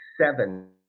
seven